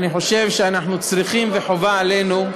אני חושב שאנחנו צריכים, וחובה עלינו,